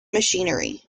machinery